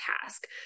task